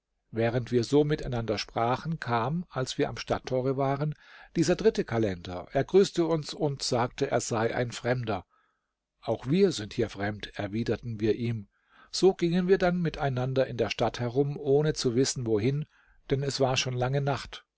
während wir so miteinander sprachen kam als wir am stadttore waren dieser dritte kalender er grüßte uns und sagte er sei ein fremder auch wir sind hier fremd erwiderten wir ihm so gingen wir dann miteinander in der stadt herum ohne zu wissen wohin denn es war schon lange nacht